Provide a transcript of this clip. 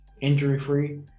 injury-free